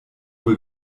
wir